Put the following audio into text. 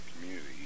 community